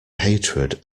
hatred